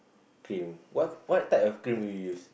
okay what what type will you use